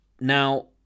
Now